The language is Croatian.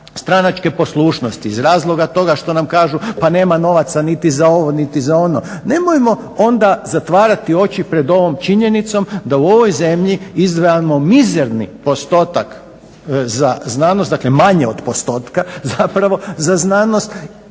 stranačke poslušnosti, iz razloga toga što nam kažu pa nema novaca niti za ovo, niti za ono, nemojmo onda zatvarati oči pred ovom činjenicom da u ovoj zemlji izdvajamo mizerni postotak za znanost, dakle manje od postotka zapravo za znanost